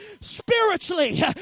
Spiritually